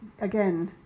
again